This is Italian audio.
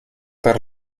per